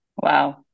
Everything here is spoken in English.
Wow